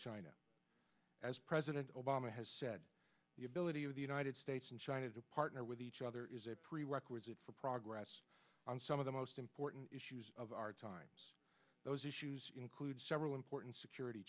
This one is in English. china as president obama has said the ability of the united states and china to partner with each other is a prerequisite for progress on some of the most important issues of our times those issues include several important security